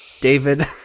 David